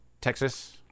Texas